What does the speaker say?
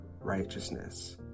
righteousness